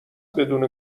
بدون